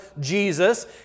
Jesus